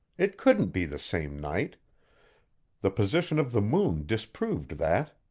it couldn't be the same night the position of the moon disproved that.